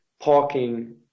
parking